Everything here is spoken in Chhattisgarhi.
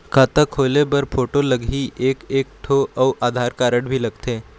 खाता खोले बर फोटो लगही एक एक ठो अउ आधार कारड भी लगथे?